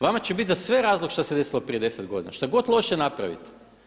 Vama će biti za sve razlog šta se desilo prije 10 godina, šta god loše napravite.